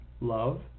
love